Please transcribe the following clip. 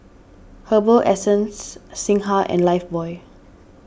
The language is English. Herbal Essence Singha and Lifebuoy